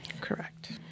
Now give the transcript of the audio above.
Correct